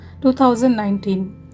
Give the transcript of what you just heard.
2019